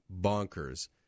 bonkers